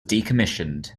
decommissioned